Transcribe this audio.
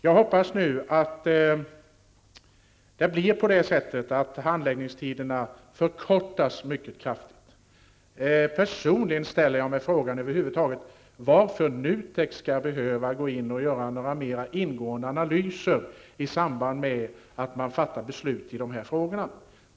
Jag hoppas nu att handläggningstiderna förkortas mycket kraftigt. Personligen ställer jag mig frågan varför NUTEK över huvud taget skall behöva göra några mer ingående analyser i samband med att beslut fattas i dessa frågor.